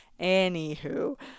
Anywho